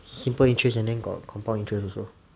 simple interest and then got compound interest also